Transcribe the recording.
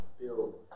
build